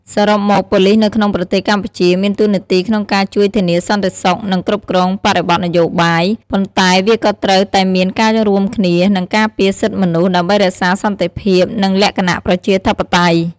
សរុបមកប៉ូលីសនៅក្នុងប្រទេសកម្ពុជា មានតួនាទីក្នុងការជួយធានាសន្តិសុខ និងគ្រប់គ្រងបរិបទនយោបាយ ប៉ុន្តែវាក៏ត្រូវតែមានការរួមគ្នានឹងការពារសិទ្ធិមនុស្ស ដើម្បីរក្សាសន្តិភាព និងលក្ខណៈប្រជាធិបតេយ្យ។